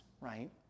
right